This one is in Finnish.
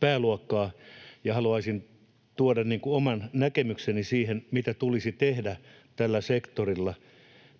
pääluokkaan. Haluaisin tuoda oman näkemykseni siitä, mitä tulisi tehdä tällä sektorilla